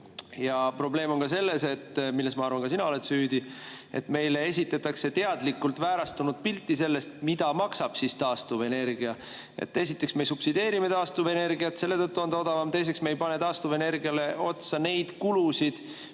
Probleem on ka selles – ja ma arvan, et ka sina oled selles süüdi –, et meile esitatakse teadlikult väärastunud pilti sellest, mis maksab taastuvenergia. Esiteks, me subsideerime taastuvenergiat, selle tõttu on odavam, teiseks, me ei pane taastuvenergiale otsa neid kulusid,